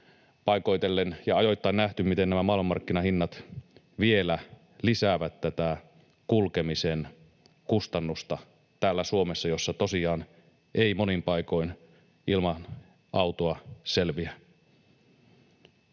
paikoitellen ja ajoittain nähty — miten nämä maailmanmarkkinahinnat vielä lisäävät kulkemisen kustannusta täällä Suomessa, missä tosiaan ei monin paikoin ilman autoa selviä.